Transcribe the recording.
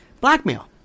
blackmail